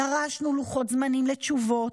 דרשנו לוחות זמנים לתשובות.